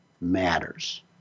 matters